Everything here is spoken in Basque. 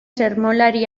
sermolari